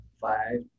five